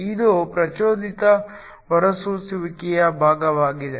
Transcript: ಇದು ಪ್ರಚೋದಿತ ಹೊರಸೂಸುವಿಕೆಯ ಭಾಗವಾಗಿದೆ